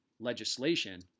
legislation